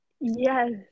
Yes